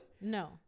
no